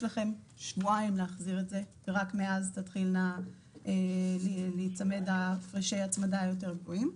לכם שבועיים להחזיר את זה." ורק מאז יחולו הפרשי ההצמדה היותר גבוהים.